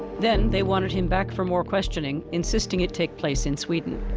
then, they wanted him back for more questioning, insisting it take place in sweden.